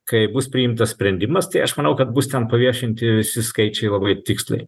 kai bus priimtas sprendimas tai aš manau kad bus ten paviešinti visi skaičiai labai tiksliai